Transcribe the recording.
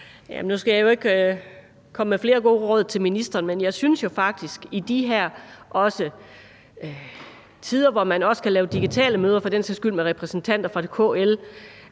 Nu skal jeg jo ikke komme med flere gode råd til ministeren, men i de her tider, hvor man kan lave digitale møder, også for den sags skyld med repræsentanter fra KL,